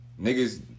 niggas